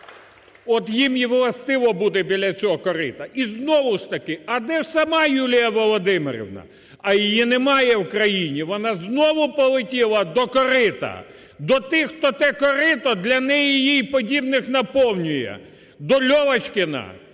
От їм і властиво буде біля цього корита. І знову ж таки, але ж сама Юлія Володимирівна? А її немає в країні, вона знову полетіла до корита, до тих, хто те корито для неї і їй подібних наповнює, до Льовочкіна,